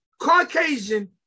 Caucasian